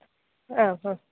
ആ അ